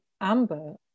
Amber